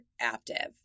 active